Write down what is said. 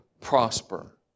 prosper